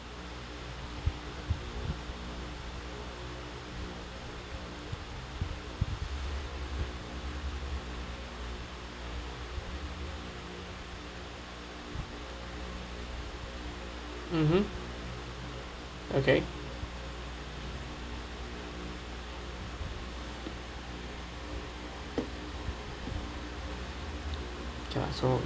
mmhmm okay okay lah so